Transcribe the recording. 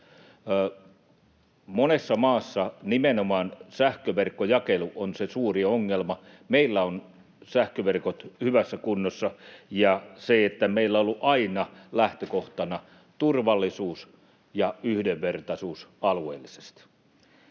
Monessa maassa nimenomaan sähköverkkojakelu on se suuri ongelma. Meillä on sähköverkot hyvässä kunnossa, ja meillä on ollut aina lähtökohtana turvallisuus ja yhdenvertaisuus alueellisesti.